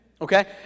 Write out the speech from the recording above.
okay